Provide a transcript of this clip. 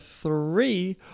three